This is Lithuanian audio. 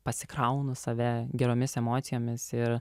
pasikraunu save geromis emocijomis ir